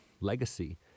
legacy